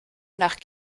nach